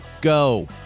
go